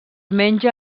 menja